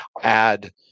add